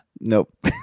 Nope